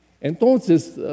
Entonces